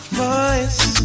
voice